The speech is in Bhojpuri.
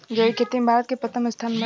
जैविक खेती में भारत के प्रथम स्थान बा